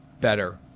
better